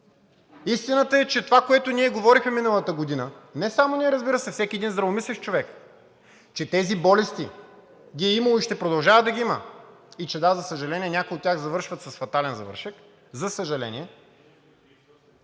Истината е, че това, което ние говорихме миналата година – не само ние, разбира се, всеки един здравомислещ човек, че тези болести ги е имало и ще продължава да ги има и че да, за съжаление, някои от тях завършват с фатален завършек, за съжаление,